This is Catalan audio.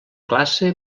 classe